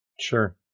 Sure